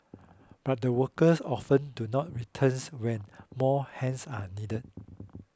but the workers often do not returns when more hands are needed